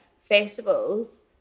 festivals